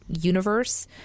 universe